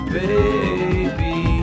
baby